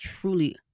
truly